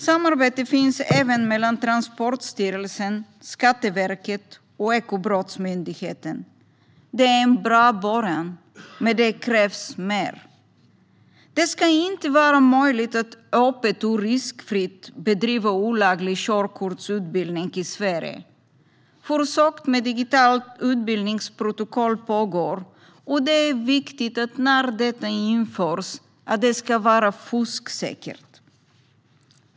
Samarbete finns även mellan Transportstyrelsen, Skatteverket och Ekobrottsmyndigheten. Det är en bra början, men det krävs mer. Det ska inte vara möjligt att öppet och riskfritt bedriva olaglig körkortsutbildning i Sverige. Försök med digitalt utbildningsprotokoll pågår, och när detta införs är det viktigt att det ska vara fusksäkert.